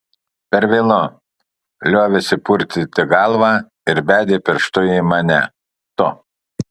per vėlu liovėsi purtyti galvą ir bedė pirštu į mane tu